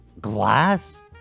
Glass